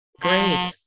Great